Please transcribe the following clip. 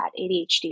ADHD